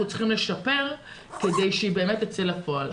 צריכים לשפר כדי שהיא באמת תצא לפועל.